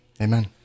Amen